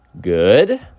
good